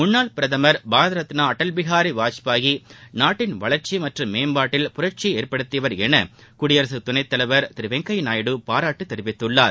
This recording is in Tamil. முன்னாள் பிரதம் பாரத ரத்னா அடல் பிஹாரி வாஜ்பாய் நாட்டின் வளர்ச்சி மற்றும் மேம்பாட்டில் புரட்சியை ஏற்படுத்தியவர் என குடியரசு துணைத்தலைவர் திரு வெங்கையா நாயுடு பாராட்டு தெரிவித்துள்ளார்